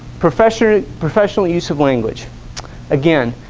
profession professional use of language again